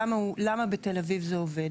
למה בתל אביב זה עובד?